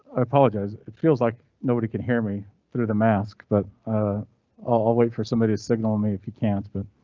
i apologize, it feels like nobody can hear me through the mask, but i'll wait for somebody to signal me. if you can't, but